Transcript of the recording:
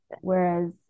whereas